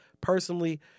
personally